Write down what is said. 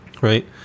right